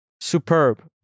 superb